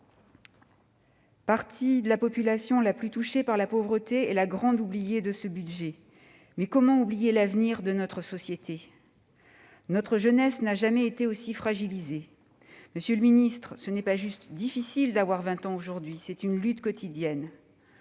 frange de la population la plus touchée par la pauvreté, est la grande oubliée de ce budget. Comment cependant oublier l'avenir de notre société ? Notre jeunesse n'a jamais été aussi fragilisée. Monsieur le ministre, ce n'est pas juste « dur d'avoir 20 ans en 2020 », c'est une lutte quotidienne.